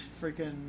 freaking